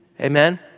Amen